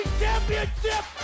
championship